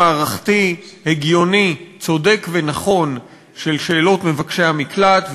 חבר הכנסת מיקי לוי הצביע במקומו של חבר הכנסת שטרן,